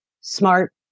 smart